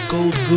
Gold